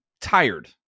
tired